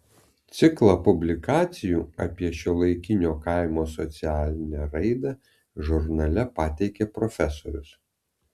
ciklą publikacijų apie šiuolaikinio kaimo socialinę raidą žurnale pateikė profesorius